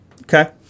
okay